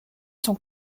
sont